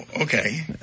okay